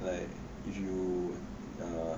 like if you um